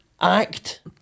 act